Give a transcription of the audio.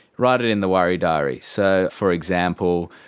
write it in the worry diary. so, for example,